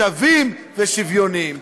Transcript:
שווים ושוויוניים.